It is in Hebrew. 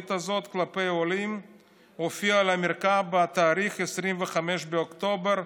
הזואולוגית הזאת כלפי העולים הופיעה על המרקע בתאריך 25 באוקטובר,